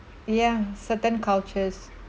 yeah certain cultures